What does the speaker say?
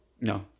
No